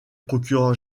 procureur